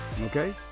Okay